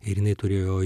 ir jinai turėjo